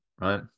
right